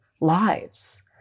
lives